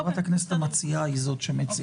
חברת הכנסת המציעה היא זאת שמציגה.